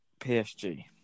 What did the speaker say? PSG